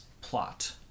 plot